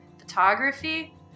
photography